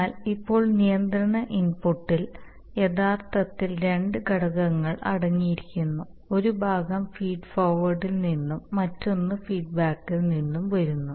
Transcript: എന്നാൽ ഇപ്പോൾ നിയന്ത്രണ ഇൻപുട്ടിൽ യഥാർത്ഥത്തിൽ രണ്ട് ഘടകങ്ങൾ അടങ്ങിയിരിക്കുന്നു ഒരു ഭാഗം ഫീഡ് ഫോർവേഡിൽ നിന്നും മറ്റൊന്ന് ഫീഡ്ബാക്കിൽ നിന്നും വരുന്നു